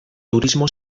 turismo